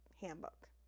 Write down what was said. handbook